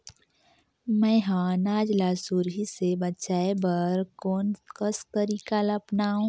मैं ह अनाज ला सुरही से बचाये बर कोन कस तरीका ला अपनाव?